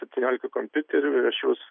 septyniolika kompiuterių ir aš juos